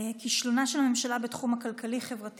כישלונה של הממשלה בתחום הכלכלי-חברתי,